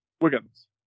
Wiggins